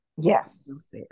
Yes